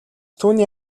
түүний